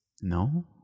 No